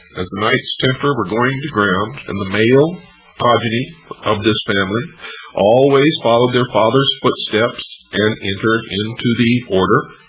as the knights templar were going to ground, in the male progeny of this family always followed in their father's footsteps and entered into the order.